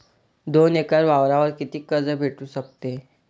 दोन एकर वावरावर कितीक कर्ज भेटू शकते?